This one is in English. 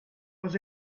was